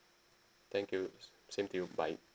thank you s~ same to you bye